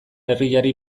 herriari